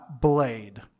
Blade